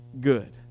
good